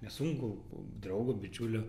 nesunku draugo bičiulio